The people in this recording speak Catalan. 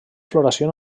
floració